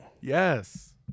Yes